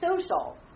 Social